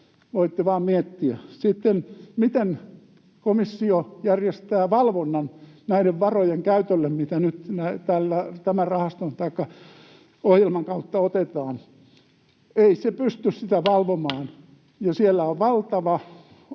Voitte vain miettiä. Sitten miten komissio järjestää valvonnan näiden varojen käytölle, mitä nyt tämän ohjelman kautta otetaan? Ei se pysty sitä valvomaan.